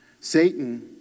Satan